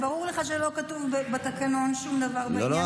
ברור לך שלא כתוב בתקנון שום דבר בעניין הזה,